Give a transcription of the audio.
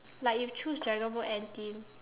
like you choose dragon boat N team